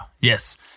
Yes